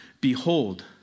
behold